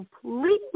completely